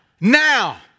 now